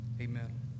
Amen